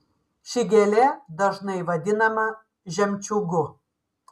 ši gėlė dažnai vadinama žemčiūgu